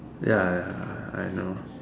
ya ya ya I know